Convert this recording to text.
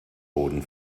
boden